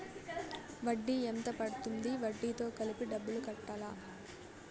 వడ్డీ ఎంత పడ్తుంది? వడ్డీ తో కలిపి డబ్బులు కట్టాలా?